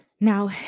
Now